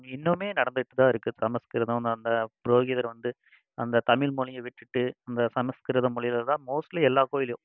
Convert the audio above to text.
இன்னும் நடந்துகிட்டு தான் இருக்குது சமஸ்கிருதம் இன்னும் அந்த ப்ரோகிதர் வந்து அந்த தமிழ்மொழியை விட்டுவிட்டு அந்த சமஸ்கிருதம் மொழியில் தான் மோஸ்ட்லீ எல்லா கோயில்லேயும்